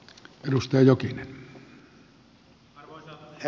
arvoisa herra puhemies